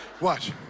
Watch